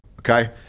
Okay